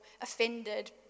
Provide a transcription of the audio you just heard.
offended